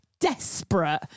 desperate